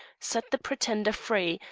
set the pretender free,